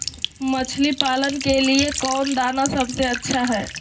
मछली पालन के लिए कौन दाना सबसे अच्छा है?